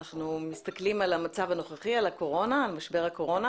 אנחנו מסתכלים על המצב הנוכחי, על משבר הקורונה,